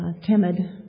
timid